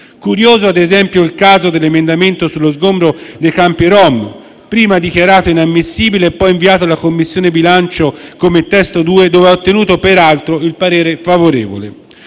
Curioso è, ad esempio, il caso dell'emendamento sullo sgombero dei campi rom, prima dichiarato inammissibile e poi inviato alla Commissione bilancio come testo due, dove ha ottenuto, peraltro, parere favorevole.